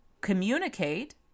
communicate